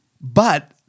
But-